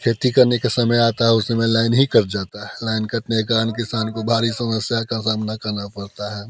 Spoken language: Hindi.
खेती करने के समय आता है उसमें लाइन ही कट जाता है लाइन कटने कारण किसान को भारी समस्या का करना पड़ता है